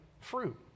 fruit